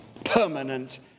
permanent